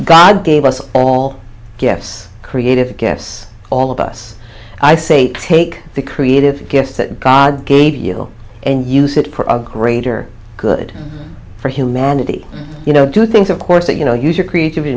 god gave us all gifts creative gifts all of us i say take the creative gifts that god gave you and use it for a greater good for humanity you know do things of course that you know use your creativity